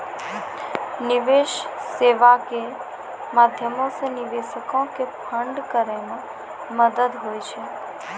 निवेश सेबा के माध्यमो से निवेशको के फंड करै मे मदत होय छै